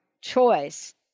choice